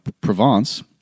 Provence